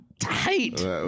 tight